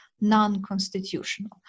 non-constitutional